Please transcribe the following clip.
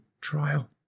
trial